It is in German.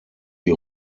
die